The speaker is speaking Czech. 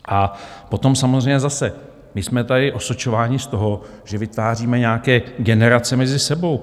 A potom samozřejmě zase my jsme tady osočováni z toho, že vytváříme nějaké generace mezi sebou.